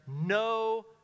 no